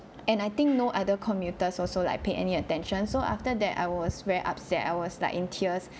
and I think no other commuters also like pay any attention so after that I was very upset I was like in tears